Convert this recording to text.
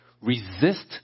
resist